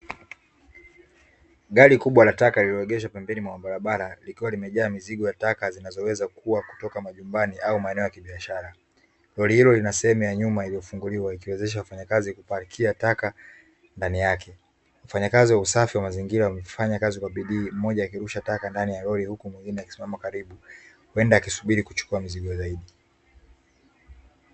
Tunataka lililoegeshwa pembeni mwa barabara likiwa limejaa mizigo yataka zinazoweza kukua kutoka majumbani au maeneo ya kibiashara Lori hilo linasema ya nyuma iliyofunguliwa ikiwezeshwa wafanyakazi kupakia taka Ndani yake Wafanyakazi wa usafi wa mazingira ya kufanya kazi kwa bidii mmoja akirusha taka ndani ya lori mzigo zaidi.